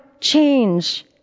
change